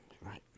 right